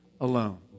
alone